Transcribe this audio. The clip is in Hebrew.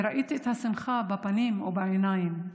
וראיתי את השמחה בפנים ובעיניים.